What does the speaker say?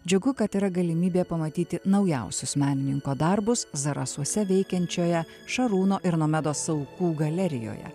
džiugu kad yra galimybė pamatyti naujausius menininko darbus zarasuose veikiančioje šarūno ir nomedos saukų galerijoje